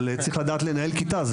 אבל צריך לדעת לנהל כיתה.